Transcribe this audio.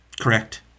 Correct